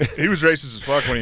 he was racist as fuck when he